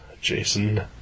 Jason